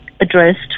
addressed